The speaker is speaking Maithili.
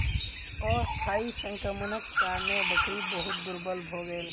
अस्थायी संक्रमणक कारणेँ बकरी बहुत दुर्बल भ गेल